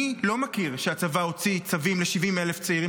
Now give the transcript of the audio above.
אני לא מכיר שהצבא הוציא צווים ל-70,000 צעירים